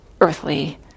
earthly